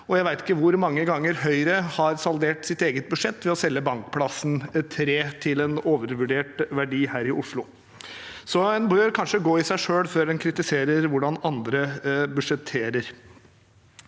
Jeg vet ikke hvor mange ganger Høyre har saldert sitt eget budsjett ved å selge Bankplassen 3 her i Oslo til en overvurdert verdi. Så en bør kanskje gå i seg selv før en kritiserer hvordan andre budsjetterer.